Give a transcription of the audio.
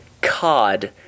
COD